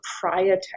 proprietary